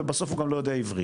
ובסוף הוא גם לא יודע עברית.